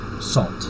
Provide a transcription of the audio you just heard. salt